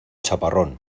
chaparrón